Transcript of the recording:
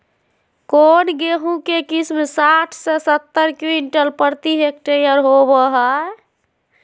कौन गेंहू के किस्म साठ से सत्तर क्विंटल प्रति हेक्टेयर होबो हाय?